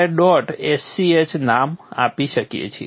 sch નામ આપી શકીએ છીએ